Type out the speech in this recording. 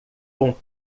com